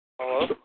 Hello